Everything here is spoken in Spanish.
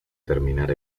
terminar